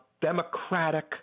democratic